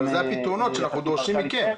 אבל אלה הפתרונות שאנו דורשים מכם.